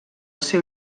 seu